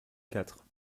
quatre